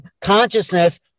consciousness